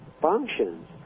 functions